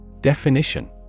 Definition